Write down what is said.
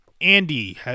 Andy